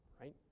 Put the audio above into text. right